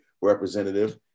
representative